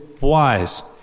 wise